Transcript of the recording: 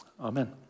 Amen